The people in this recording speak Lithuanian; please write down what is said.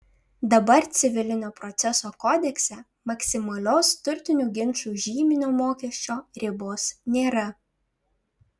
dabar civilinio proceso kodekse maksimalios turtinių ginčų žyminio mokesčio ribos nėra